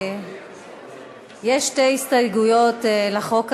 יש שתי הסתייגויות לחוק הזה.